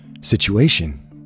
situation